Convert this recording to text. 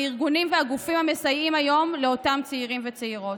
לארגונים והגופים המסייעים היום לאותם צעירים וצעירות,